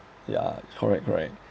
yeah correct correct